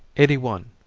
eighty one.